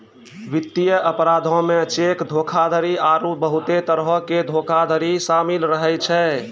वित्तीय अपराधो मे चेक धोखाधड़ी आरु बहुते तरहो के धोखाधड़ी शामिल रहै छै